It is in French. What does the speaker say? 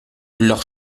leur